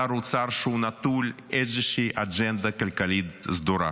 שר אוצר שהוא נטול איזושהי אג'נדה כלכלית סדורה,